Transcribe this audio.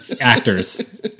Actors